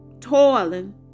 toiling